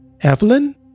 Evelyn